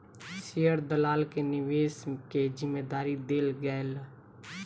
share दलाल के निवेश के जिम्मेदारी देल गेलै